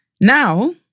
Now